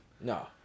No